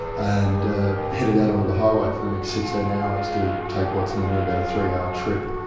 and headed out onto the highway for the next sixteen hours to take what's normally about a three our trip,